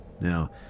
Now